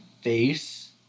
face